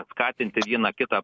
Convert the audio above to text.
skatinti vieną kitą